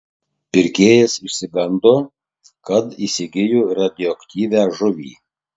pirkėjas išsigando kad įsigijo radioaktyvią žuvį